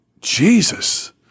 Jesus